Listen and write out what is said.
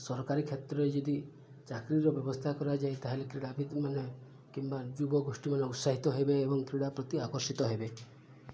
ସରକାରୀ କ୍ଷେତ୍ରରେ ଯଦି ଚାକିରୀର ବ୍ୟବସ୍ଥା କରାଯାଏ ତା'ହେଲେ କ୍ରୀଡ଼ାଭିତ୍ତ ମାନେ କିମ୍ବା ଯୁବଗୋଷ୍ଠୀ ମାନେ ଉତ୍ସାହିତ ହେବେ ଏବଂ କ୍ରୀଡ଼ା ପ୍ରତି ଆକର୍ଷିତ ହେବେ